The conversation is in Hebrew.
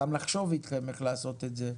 גם לחשוב אתכם איך לעשות את זה,